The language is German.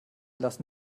lassen